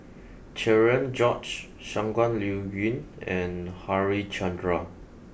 Cherian George Shangguan Liuyun and Harichandra